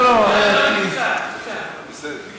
לא, לא, זה רק מקצת, מקצת.